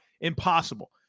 Impossible